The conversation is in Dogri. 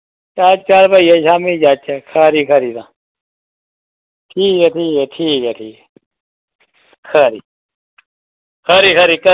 चल चल भाइया शाम्मी जाचै खरी खरी तां ठीक ऐ ठीक ऐ ठीक ऐ खरी खरी खरी